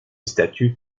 statue